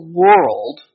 world